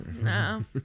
No